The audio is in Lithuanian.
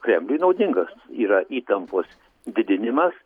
kremliui naudingas yra įtampos didinimas